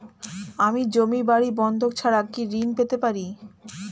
আমি জমি বাড়ি বন্ধক ছাড়া কি ঋণ পেতে পারি?